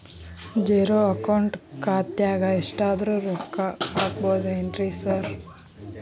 Zero account ಖಾತ್ಯಾಗ ಎಷ್ಟಾದ್ರೂ ರೊಕ್ಕ ಹಾಕ್ಬೋದೇನ್ರಿ ಸಾರ್?